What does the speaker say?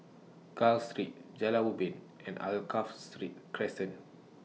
Gul Street Jalan Ubin and Alkaff Street Crescent